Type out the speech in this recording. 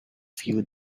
few